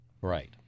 Right